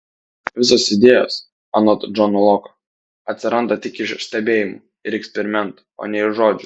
visos idėjos anot džono loko atsiranda tik iš stebėjimų ir eksperimentų o ne iš žodžių